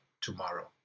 tomorrow